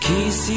Kiss